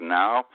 now